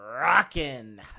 rockin